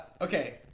Okay